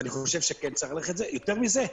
יותר מזה,